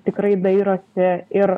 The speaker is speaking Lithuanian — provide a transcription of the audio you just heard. tikrai dairosi ir